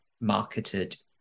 marketed